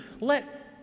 Let